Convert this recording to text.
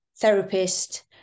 therapist